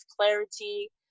clarity